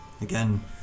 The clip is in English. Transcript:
Again